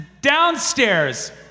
downstairs